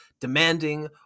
demanding